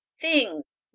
things